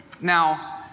Now